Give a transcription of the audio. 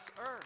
earth